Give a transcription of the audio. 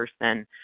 person